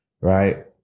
right